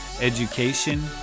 education